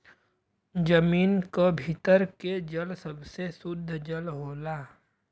जमीन क भीतर के जल सबसे सुद्ध जल होला